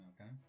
Okay